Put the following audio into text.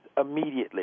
immediately